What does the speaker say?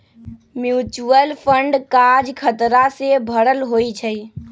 mutual fund काज़ खतरा से भरल होइ छइ